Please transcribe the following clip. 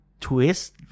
twist